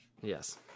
Yes